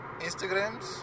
Instagrams